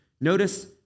notice